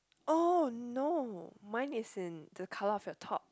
oh no mine is in the colour of your top